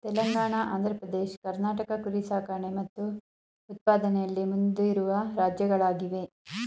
ತೆಲಂಗಾಣ ಆಂಧ್ರ ಪ್ರದೇಶ್ ಕರ್ನಾಟಕ ಕುರಿ ಸಾಕಣೆ ಮತ್ತು ಉತ್ಪಾದನೆಯಲ್ಲಿ ಮುಂದಿರುವ ರಾಜ್ಯಗಳಾಗಿವೆ